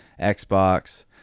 Xbox